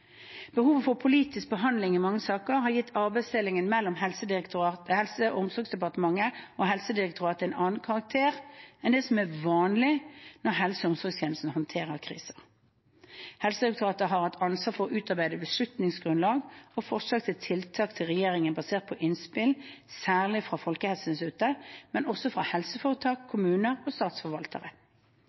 Behovet for politisk behandling i mange saker har gitt arbeidsdelingen mellom Helse- og omsorgsdepartementet og Helsedirektoratet en annen karakter enn det som er vanlig når helse- og omsorgstjenesten håndterer kriser. Helsedirektoratet har hatt ansvar for å utarbeide beslutningsgrunnlag og forslag til tiltak til regjeringen basert på innspill, særlig fra Folkehelseinstituttet, men også fra helseforetak, kommuner og statsforvaltere.